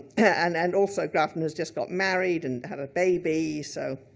and and also, grafton has just got married and have a baby. so